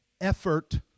effort